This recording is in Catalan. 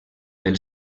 del